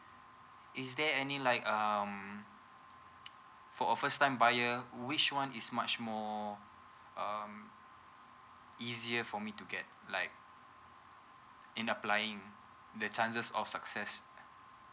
is there any like um for a first time buyer which one is much more um easier for me to get like and applying the chances of success